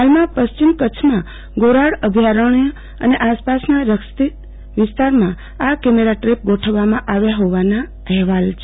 હાલમાં પશ્ચિમ કચ્છમાં ધોરાડ અભ્યારણ અને આસપાસના રક્ષિત વિસ્તારમાં આ કેમેરા ટેપ ગોઠવાયા હોવાના અહેવાલ છે